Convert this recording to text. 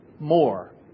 more